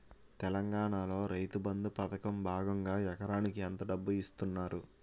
తెలంగాణలో రైతుబంధు పథకం భాగంగా ఎకరానికి ఎంత డబ్బు ఇస్తున్నారు?